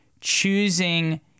choosing